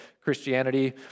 Christianity